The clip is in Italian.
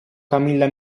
camilla